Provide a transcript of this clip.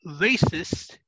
racist